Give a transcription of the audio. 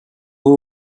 who